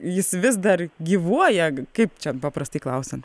jis vis dar gyvuoja kaip čia paprastai klausiant